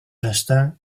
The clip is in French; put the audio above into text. instincts